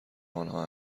آنها